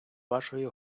вашої